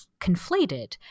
conflated